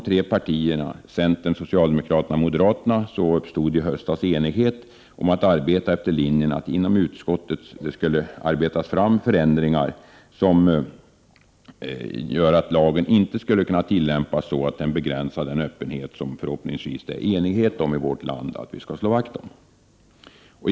Tre partier — centern, socialdemokraterna och moderaterna — blev i höstas eniga om att följa linjen att det inom utskottet skulle arbetas fram förändringar, som innebär att lagen inte kan tillämpas på ett sådant sätt att den begränsar öppenheten. Förhoppningsvis råder det enighet i vårt land om att vi skall slå vakt om denna öppenhet.